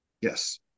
Yes